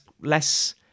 less